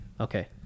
Okay